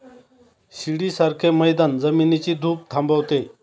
शिडीसारखे मैदान जमिनीची धूप थांबवते